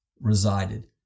resided